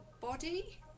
body